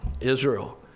Israel